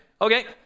Okay